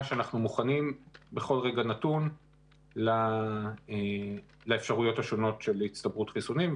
שאנחנו מוכנים בכל רגע נתון לאפשרויות השונות של הצטברות חיסונים,